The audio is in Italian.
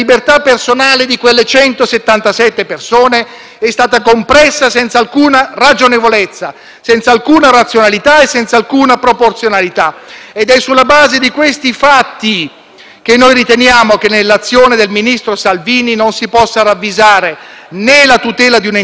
senza alcuna razionalità e senza alcuna proporzionalità. È sulla base di questi fatti che noi riteniamo che nell'azione del ministro Salvini non si possa ravvisare, né la tutela di un interesse dello Stato costituzionalmente rilevante, né il perseguimento di un preminente interesse pubblico.